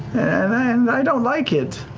and i don't like it.